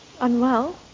Unwell